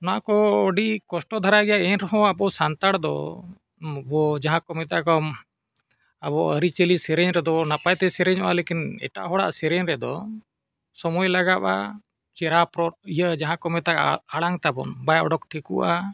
ᱱᱚᱣᱟ ᱠᱚ ᱟᱹᱰᱤ ᱠᱚᱥᱴᱚ ᱫᱷᱟᱨᱟ ᱜᱮᱭᱟ ᱮᱱ ᱨᱮᱦᱚᱸ ᱟᱵᱚ ᱥᱟᱱᱛᱟᱲ ᱫᱚ ᱟᱵᱚ ᱡᱟᱦᱟᱸ ᱠᱚ ᱢᱮᱛᱟ ᱠᱚᱣᱟ ᱟᱵᱚ ᱟᱹᱨᱤᱪᱟᱹᱞᱤ ᱥᱮᱨᱮᱧ ᱨᱮᱫᱚ ᱱᱟᱯᱟᱭ ᱛᱮ ᱥᱮᱨᱮᱧᱚᱜᱼᱟ ᱞᱮᱠᱤᱱ ᱮᱴᱟᱜ ᱦᱚᱲᱟᱜ ᱥᱮᱨᱮᱧ ᱨᱮᱫᱚ ᱥᱚᱢᱚᱭ ᱞᱟᱜᱟᱜᱼᱟ ᱪᱮᱦᱨᱟ ᱯᱚᱨᱚ ᱤᱭᱟᱹ ᱡᱟᱦᱟᱸ ᱠᱚ ᱢᱮᱛᱟᱜᱼᱟ ᱟᱲᱟᱝ ᱛᱟᱵᱚᱱ ᱵᱟᱭ ᱚᱰᱳᱠ ᱴᱷᱤᱠᱚᱜᱼᱟ